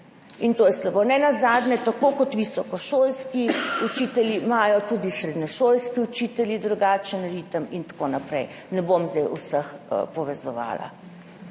To je slabo. Nenazadnje tako kot visokošolski učitelji imajo tudi srednješolski učitelji drugačen ritem in tako naprej, ne bom zdaj vseh povezovala.